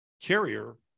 carrier